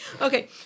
okay